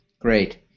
Great